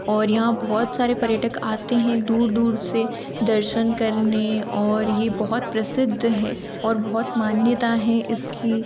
और यहाँ बहुत सारे पर्यटक आते हैं दूर दूर से दर्शन करने और यह बहुत प्रसिद्ध है और बहुत मान्यता हैं इसकि